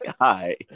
Hi